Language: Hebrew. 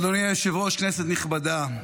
אדוני היושב-ראש, כנסת נכבדה,